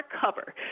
cover